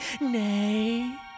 Nay